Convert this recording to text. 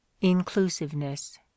Inclusiveness